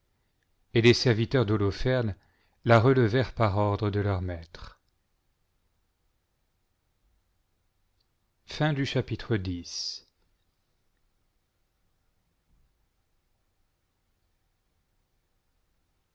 et les serviteurs d'holoferne la relevèrent par ordre de leur maître